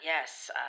yes